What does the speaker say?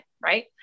right